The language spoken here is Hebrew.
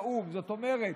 עצומה,